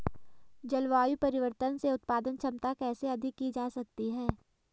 जलवायु परिवर्तन से उत्पादन क्षमता कैसे अधिक की जा सकती है?